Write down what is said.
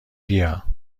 بیا